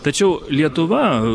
tačiau lietuva